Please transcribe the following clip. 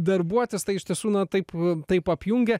darbuotis tai iš tiesų na taip taip apjungia